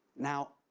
now,